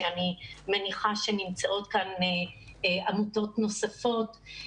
אני מניחה שנמצאות כאן עמותות נוספות,